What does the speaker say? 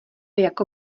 jako